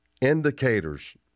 indicators